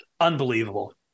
unbelievable